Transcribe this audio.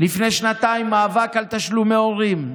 לפני שנתיים, מאבק על תשלומי הורים.